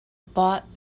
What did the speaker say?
bought